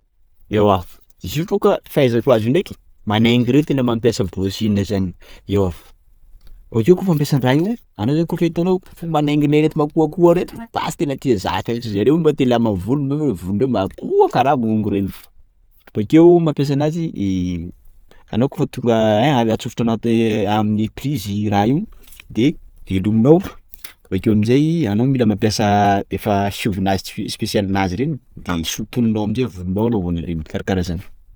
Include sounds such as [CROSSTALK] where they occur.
Ewa izy io boka fahaizako azy io ndreky manaingy reo tena mampiasa brushing zany ewa akeo fao fampiasana raha iny anao koa fampiasana raha iny e! anao zany koafa itanao manainginay reto makoakoa reto, basy tena tia zaka io mintsy; zareo mba te halama volo nefa volon-dreo makoa kara mongo reny, bakeo mampiasa anazy [HESITATION] anao koa fa tonga [HESITATION] atsofotra anaty amin'ny prise raha io, de velominao bakeo amizay anao mila mampiasa efa fihogonazy speciale-nazy reny de sontominao aminjay volonao hanaovanao i- karakara zany.